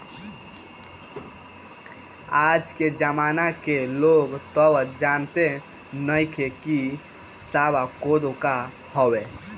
आज के जमाना के लोग तअ जानते नइखे की सावा कोदो का हवे